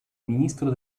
ministro